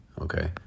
Okay